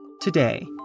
Today